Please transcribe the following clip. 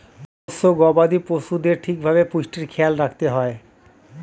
পোষ্য গবাদি পশুদের ঠিক ভাবে পুষ্টির খেয়াল রাখতে হয়